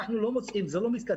אבל אנחנו לא מוצאים, זה לא מתקדם.